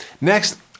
Next